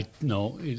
No